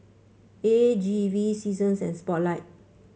A G V Seasons and Spotlight